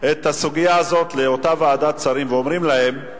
את הסוגיה הזאת לאותה ועדת שרים, ואומרים להם: